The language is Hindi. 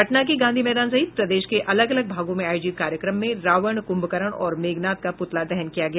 पटना के गांधी मैदान सहित प्रदेश के अलग अलग भागों में आयोजित कार्यक्रम में रावण कुंभकर्ण और मेघनाथ का प्रतला दहन किया गया